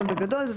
בגדול,